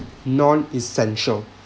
non essential